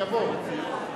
התשע"ב 2012,